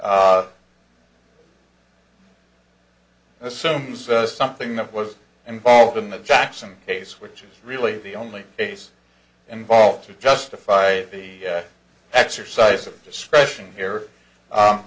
assumes that something that was involved in the jackson case which is really the only case involved to justify it the exercise of discretion here